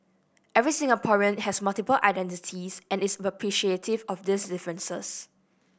every Singaporean has multiple identities and is appreciative of these differences